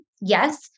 yes